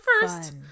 first